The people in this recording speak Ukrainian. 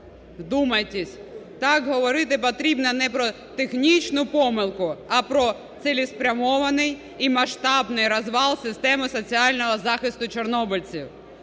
Вдумайтесь. Так, говорити потрібно не про технічну помилку, а про цілеспрямований і масштабний розвал системи соціального захисту чорнобильців.